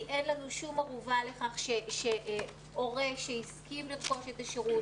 כי אין לנו שום ערובה לכך שהורה שהסכים לרכוש את השירות